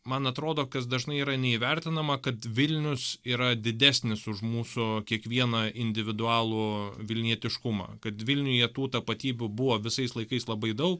man atrodo kas dažnai yra neįvertinama kad vilnius yra didesnis už mūsų kiekvieną individualų vilnietiškumą kad vilniuje tų tapatybių buvo visais laikais labai daug